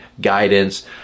guidance